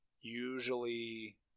usually